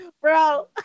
Bro